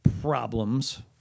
problems